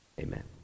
Amen